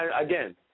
again